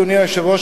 אדוני היושב-ראש,